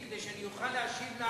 העברית שלך שוטפת, וההצלחות שלך הן קשות.